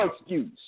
excuse